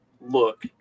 look